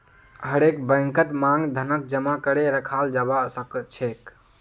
हरेक बैंकत मांग धनक जमा करे रखाल जाबा सखछेक